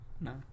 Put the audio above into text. No